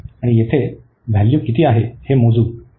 आणि येथे व्हॅल्यू किती आहे हे मोजू